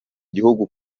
gihugu